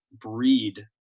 breed